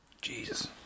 Jesus